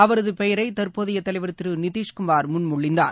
அவரது பெயரை தற்போதைய தலைவர் திரு நிதிஷ்குமார் முன்மொழிந்தார்